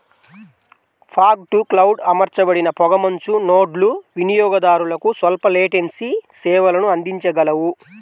fog to cloud అమర్చబడిన పొగమంచు నోడ్లు వినియోగదారులకు స్వల్ప లేటెన్సీ సేవలను అందించగలవు